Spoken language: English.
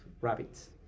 rabbits